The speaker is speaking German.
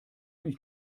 mich